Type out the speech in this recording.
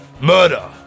Murder